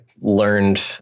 learned